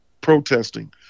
protesting